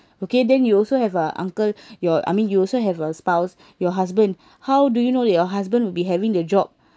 okay then you also have a uncle your I mean you also have a spouse your husband how do you know that your husband will be having the job